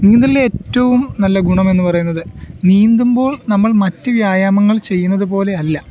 നീന്തലിലെ ഏറ്റവും നല്ല ഗുണമെന്ന് പറയുന്നത് നീന്തുമ്പോൾ നമ്മൾ മറ്റു വ്യായാമങ്ങൾ ചെയ്യുന്നതുപോലെ അല്ല